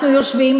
אנחנו יושבים.